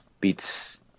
beats